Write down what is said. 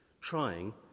trying